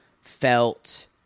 felt